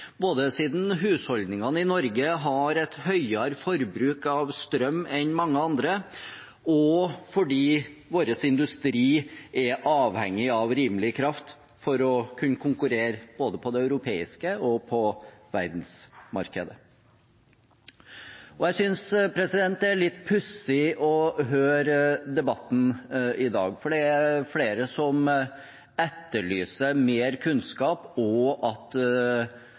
både siden husholdningene i Norge har et høyere forbruk av strøm enn mange andre, og fordi vår industri er avhengig av rimelig kraft for å kunne konkurrere både på det europeiske markedet og på verdensmarkedet. Jeg synes det er litt pussig å høre debatten i dag, for det er flere som etterlyser mer kunnskap, og som mener at